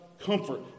comfort